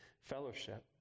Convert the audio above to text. fellowship